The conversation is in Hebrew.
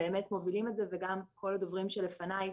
מובילים את זה וגם כל הדוברים שלפני,